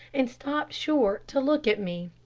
and stopped short to looked at me.